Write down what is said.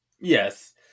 yes